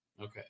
Okay